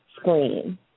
screen